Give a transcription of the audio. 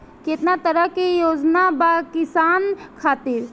केतना तरह के योजना बा किसान खातिर?